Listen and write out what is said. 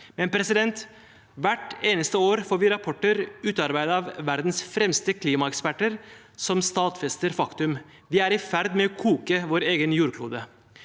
Men hvert eneste år får vi rapporter utarbeidet av verdens fremste klimaeksperter som stadfester faktum: Vi er i ferd med å koke vår egen jordklode.